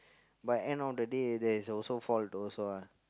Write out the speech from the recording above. but end of the day there is also fault also ah